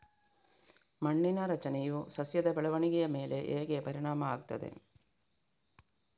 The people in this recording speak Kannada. ಮಣ್ಣಿನ ರಚನೆಯು ಸಸ್ಯದ ಬೆಳವಣಿಗೆಯ ಮೇಲೆ ಹೇಗೆ ಪರಿಣಾಮ ಆಗ್ತದೆ?